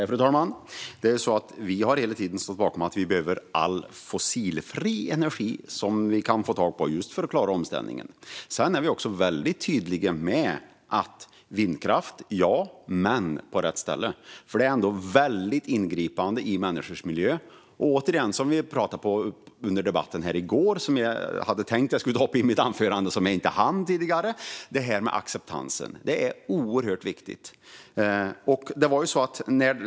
Fru talman! Vi har hela tiden stått bakom att vi behöver all fossilfri energi som vi kan få tag på - just för att klara omställningen. Sedan är vi också tydliga med detta: Vindkraft, ja - men på rätt ställe. Det är ändå väldigt ingripande i människors miljö. Och som vi sa i debatten i går och som jag hade tänkt ta upp i mitt anförande men inte hann handlar det om acceptansen. Det är oerhört viktigt.